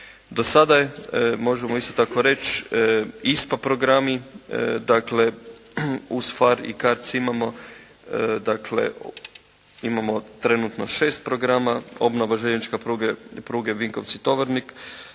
Do sada možemo isto tako reći, ISPA programi, dakle uz PHARE i CARDS imamo dakle imamo trenutno šest programa, obnova željezničke pruge Vinkovci-Tovarnik